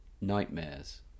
nightmares